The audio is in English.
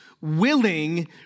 willing